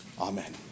Amen